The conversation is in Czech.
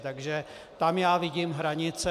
Takže tam já vidím hranice.